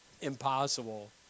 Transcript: impossible